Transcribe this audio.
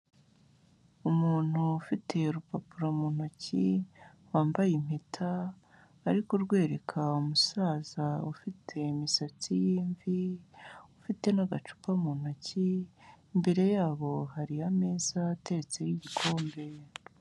Umuntu ufite urupapuro mu ntoki, wambaye impeta, ari kurwereka umusaza ufite imisatsi y'imvi, ufite n'agacupa mu ntoki, imbere yabo hari ameza ateretseho igikombe.